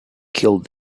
killed